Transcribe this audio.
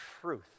truth